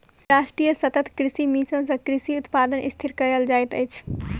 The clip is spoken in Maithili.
राष्ट्रीय सतत कृषि मिशन सँ कृषि उत्पादन स्थिर कयल जाइत अछि